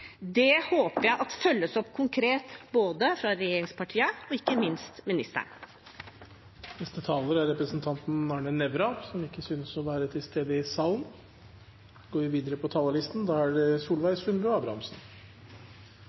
Det håper jeg følges opp konkret, både fra regjeringspartiene og ikke minst fra ministeren. Neste taler, representanten Arne Nævra, synes ikke å være til stede i salen, og vi går derfor videre på talerlisten, til representanten Solveig Sundbø Abrahamsen.